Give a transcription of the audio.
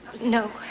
No